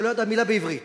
שלא ידעה מלה בעברית,